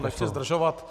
Nechci zdržovat.